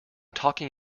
talking